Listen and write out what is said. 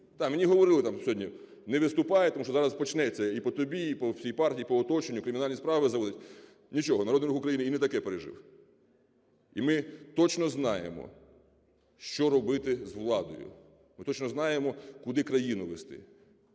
мені говорили там сьогодні: "Не виступай, тому що зараз почнеться і по тобі, і по всій партії, і по оточенню кримінальні справи заводить". Нічого, Народний Рух України і не таке пережив. І ми точно знаємо, що робити з владою. Ми точно знаємо, куди країну вести,